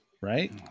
right